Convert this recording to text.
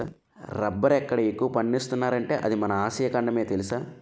రబ్బరెక్కడ ఎక్కువ పండిస్తున్నార్రా అంటే అది మన ఆసియా ఖండమే తెలుసా?